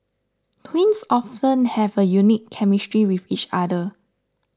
twins often have a unique chemistry with each other